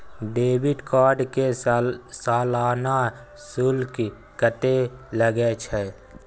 Debit card के सालाना शुल्क कत्ते लगे छै?